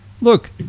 look